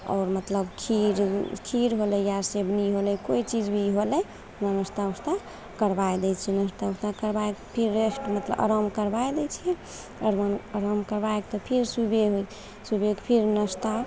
आओर मतलब खीर खीर होलै या सेवनी होलै कोइ चीज भी होलै नाश्ता उश्ता करबै दै छिए नाश्ता उश्ता करबैके फिर रेस्ट मतलब आराम करबै दै छिए अरवान आराम करबैके फेर सुबह सुबहके फेर नाश्ता